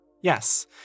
Yes